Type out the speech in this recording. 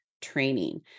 training